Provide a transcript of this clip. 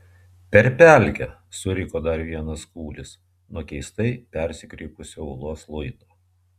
per pelkę suriko dar vienas kūlis nuo keistai persikreipusio uolos luito